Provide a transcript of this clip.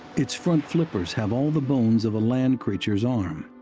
its front flippers have all the bones of a land creature's arm,